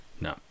No